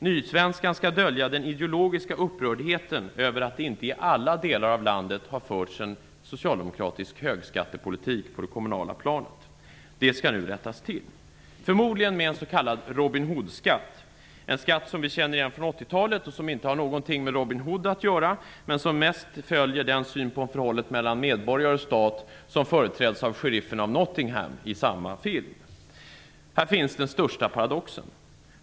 Nysvenskan skall dölja den ideologiska upprördheten över att det inte i alla delar av landet har förts en socialdemokratisk högskattepolitik på det kommunala planet. Det skall nu rättas till. Förmodligen skall det ske med en s.k. Robin Hood-skatt, en skatt som vi känner igen från 80-talet som inte har någonting med Robin Hood att göra och som mest följer den syn på förhållandet medborgarestat som företräds av sheriffen av Nottingham i samma film. Här finns den största paradoxen.